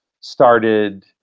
started